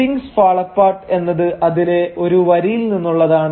things fall apart എന്നത് അതിലെ ഒരു വരിയിൽ നിന്നുള്ളതാണ്